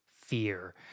fear